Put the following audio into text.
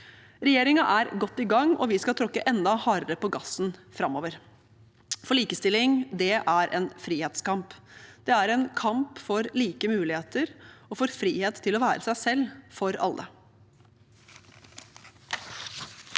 Regjeringen er godt i gang, og vi skal tråkke enda hardere på gassen framover. For likestilling er en frihetskamp. Det er en kamp for like muligheter og frihet til å være seg selv – for alle.